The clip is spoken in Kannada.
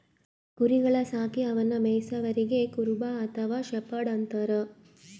ಕುರಿಗೊಳ್ ಸಾಕಿ ಅವನ್ನಾ ಮೆಯ್ಸವರಿಗ್ ಕುರುಬ ಅಥವಾ ಶೆಫರ್ಡ್ ಅಂತಾರ್